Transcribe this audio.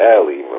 Alley